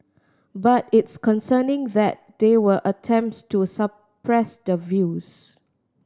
but it's concerning that there were attempts to suppress the views